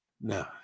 No